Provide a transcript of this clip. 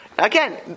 Again